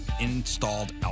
installed